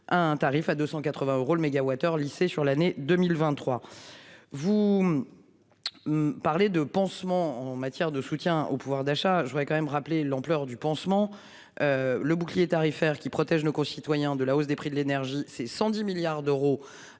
un tarif à 280 euros le mégawattheure lissé sur l'année 2023. Vous. Parlez de pansement, en matière de soutien au pouvoir d'achat. Je voudrais quand même rappeler l'ampleur du pansement. Le bouclier tarifaire qui protège nos concitoyens de la hausse des prix de l'énergie, c'est 110 milliards d'euros.